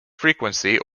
frequency